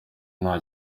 nta